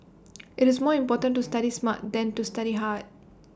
IT is more important to study smart than to study hard